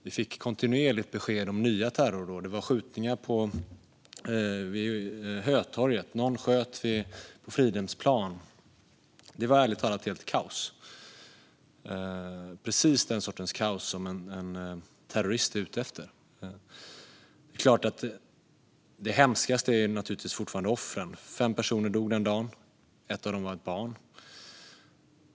Vi fick kontinuerligt besked om nya terrordåd, om skjutningar vid Hötorget och vid Fridhemsplan. Det var ärligt talat kaos - precis den sortens kaos som en terrorist är ute efter. Det hemskaste är naturligtvis fortfarande offren. Fem personer dog den dagen, och en av dem var ett barn.